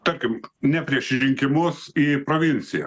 tarkim ne prieš rinkimus į provinciją